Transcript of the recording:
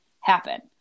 happen